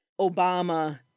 Obama